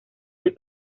del